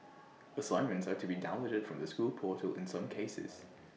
assignments are to be downloaded from the school portal in some cases